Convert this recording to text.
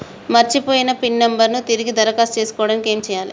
మర్చిపోయిన PIN number ను తిరిగి దరఖాస్తు చేసుకోవడానికి ఏమి చేయాలే?